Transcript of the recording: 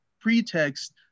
pretext